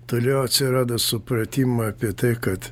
toliau atsirado supratimą apie tai kad